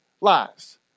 lies